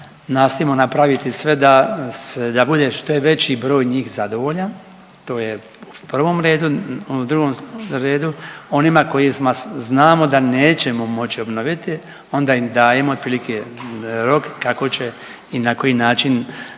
nastojimo napraviti sve da bude što veći broj njih zadovoljan to je u prvom redu. U drugom redu onima kojima znamo da nećemo moći obnoviti onda im dajemo otprilike rok kako će i na koji način